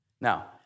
Now